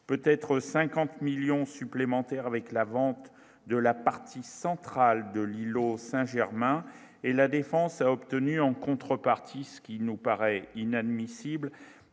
peut-être 50 millions supplémentaires avec la vente de la partie centrale de l'îlot Saint-Germain et la défense a obtenu en contrepartie ce qui nous paraît inadmissible